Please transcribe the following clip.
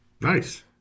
Nice